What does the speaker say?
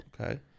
Okay